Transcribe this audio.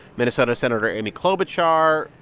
minnesota senator amy klobuchar,